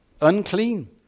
unclean